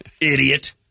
Idiot